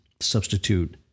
substitute